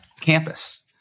campus